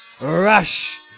Rush